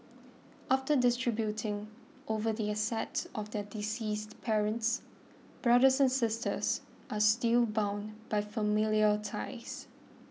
after distributing over the assets of their deceased parents brothers and sisters are still bound by familial ties